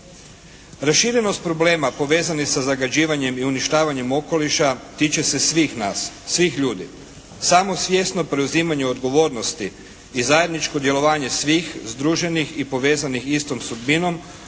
Raširenost problema povezanih sa zagađivanjem i uništavanjem okoliša tiče se svih nas, svih ljudi. Samo svjesno preuzimanje odgovornosti i zajedničko djelovanje svih združenih i povezanih istom sudbinom